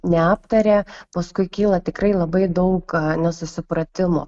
neaptarė paskui kyla tikrai labai daug nesusipratimų